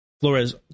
Flores